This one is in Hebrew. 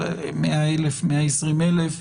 על 100,000 120,000,